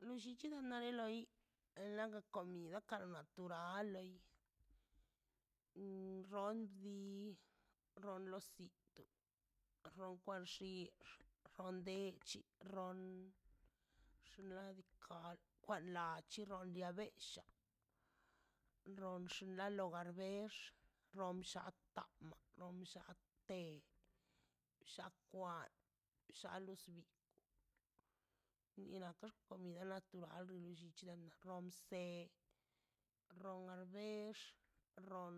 Lollichi nara de loi en laga comida ka natyral loi rondi ronlocito ronkwaxix ronde chi ronde xinladika kwan laxhi ronda bellcha ron ronla gaxbex romshata romllate lla kwan lla losbi niaraskw comida loal lolliche amse ronnalbex ron